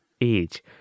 age